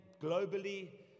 globally